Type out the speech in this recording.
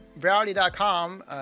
Reality.com